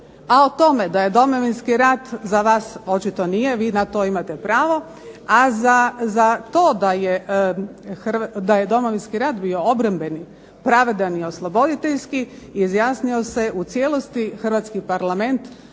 a o tome da je domovinski rat za vas očito nije, vi na to imate pravo, a za to da je domovinski rat bio obrambeni, pravedan i osloboditeljski izjasnio se u cijelosti Hrvatski parlament